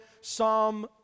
Psalm